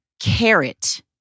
carrot